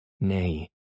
Nay